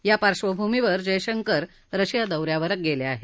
या पार्शंभूमीवर जयशंकर रशिया दौ यावर आले आहेत